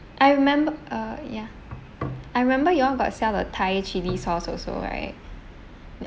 I remember uh ya I remember you all got sell the thai chili sauce also right